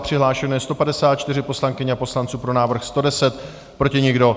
Přihlášeno je 154 poslankyň a poslanců, pro návrh 110, proti nikdo.